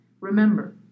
Remember